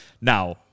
Now